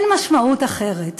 אין משמעות אחרת.